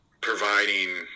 providing